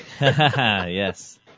Yes